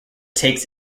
takes